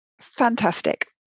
fantastic